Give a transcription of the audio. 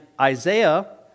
Isaiah